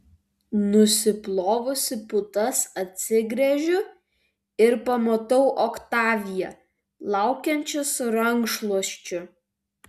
nusiplovusi putas atsigręžiu ir pamatau oktaviją laukiančią su rankšluosčiu